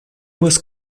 was